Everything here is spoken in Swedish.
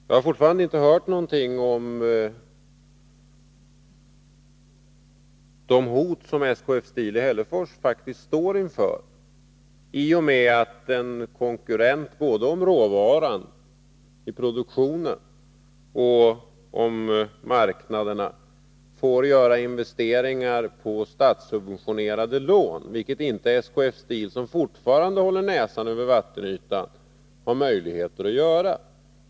Jag har fortfarande inte hört någonting om det hot som SKF Steel i Hällefors faktiskt står inför i och med att en konkurrent både om råvaran till produktionen och om marknaderna får göra investeringar med statssubventionerade lån, vilket inte SKF Steel — som fortfarande håller näsan över vattenytan — har möjlighet att göra.